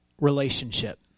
relationship